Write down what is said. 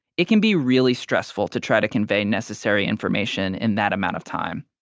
it can be really stressful to try to convey necessary information in that amount of time,